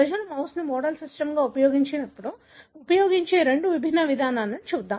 ప్రజలు మౌస్ను మోడల్ సిస్టమ్గా ఉపయోగించినప్పుడు ఉపయోగించే రెండు విభిన్న విధానాలను చూద్దాం